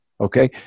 okay